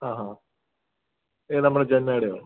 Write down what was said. ആഹാ ഏത് നമ്മുടെ ജെന്നേടയോ